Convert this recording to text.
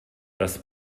das